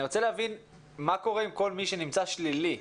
אני רוצה להבין מה קורה עם כל מי שנמצא שלילי.